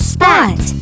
Spot